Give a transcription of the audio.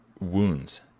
wounds